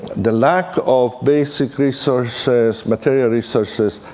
the lack of basic resources, material resources,